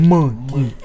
Monkey